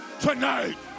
tonight